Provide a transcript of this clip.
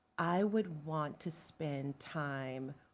i would want to spend time,